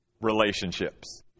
relationships